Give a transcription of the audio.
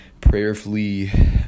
prayerfully